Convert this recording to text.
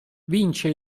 vince